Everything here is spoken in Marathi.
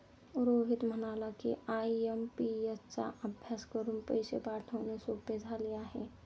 रोहित म्हणाला की, आय.एम.पी.एस चा वापर करून पैसे पाठवणे सोपे झाले आहे